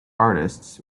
artists